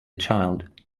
child